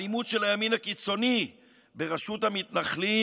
האלימות של הימין הקיצוני בראשות המתנחלים